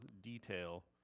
detail